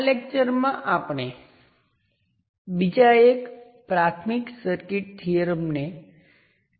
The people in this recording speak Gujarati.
હવે આપણે બીજા થિયોરમને ના થિયોરમ તરીકે ઓળખવામાં આવે છે